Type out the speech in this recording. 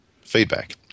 feedback